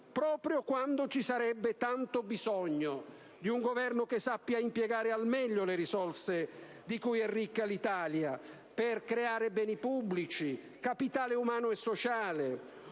proprio quando ci sarebbe tanto bisogno di un Governo che sappia impiegare al meglio le risorse di cui è ricca l'Italia, per creare beni pubblici, capitale umano e sociale,